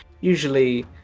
usually